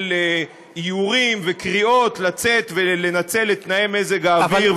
של איורים וקריאות לצאת ולנצל את תנאי מזג האוויר,